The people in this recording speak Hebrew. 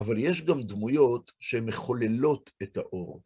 אבל יש גם דמויות שמחוללות את האור.